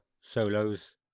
solos